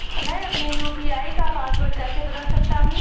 मैं अपने यू.पी.आई का पासवर्ड कैसे बदल सकता हूँ?